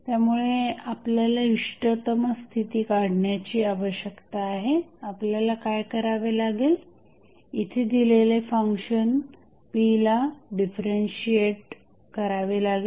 त्यामुळे आपल्याला इष्टतम स्थिती काढण्याची आवश्यकता आहे आपल्याला काय करावे लागेल इथे दिलेले फंक्शन p ला डिफरन्शिएट करावे लागेल